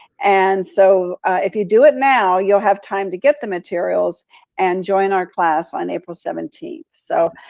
and so if you do it now, you'll have time to get the materials and join our class on april seventeen. so,